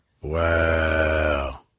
Wow